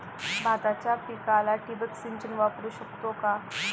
भाताच्या पिकाला ठिबक सिंचन वापरू शकतो का?